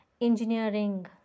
engineering